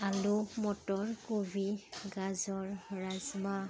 আলু মটৰ কবি গাজৰ ৰাজমা